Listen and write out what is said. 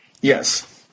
Yes